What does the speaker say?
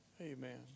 Amen